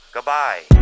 Goodbye